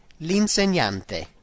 l'insegnante